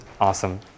awesome